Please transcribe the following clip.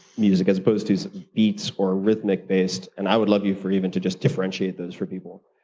music as supposed to some beats or rhythmic based? and i would love you for even to just differentiate those for people.